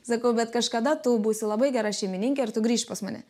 sakau bet kažkada tu būsi labai gera šeimininkė ir tu grįši pas mane